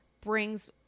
brings